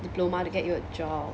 diploma to get you a job